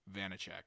Vanacek